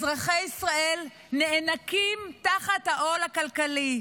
אזרחי ישראל נאנקים תחת העול הכלכלי,